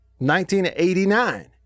1989